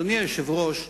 אדוני היושב-ראש,